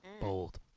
Bold